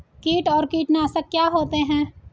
कीट और कीटनाशक क्या होते हैं?